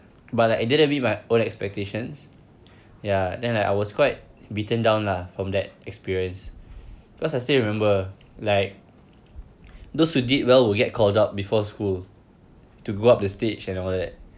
but like I didn't meet my own expectations ya then I was quite beaten down lah from that experience because I still remember like those who did well will get called up before school to go up the stage and all that